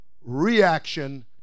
reaction